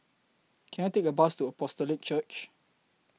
Can I Take A Bus to Apostolic Church